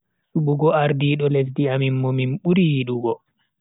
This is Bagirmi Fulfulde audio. Subugo ardiidom lesdi amin mo min buri yidugo.